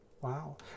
Wow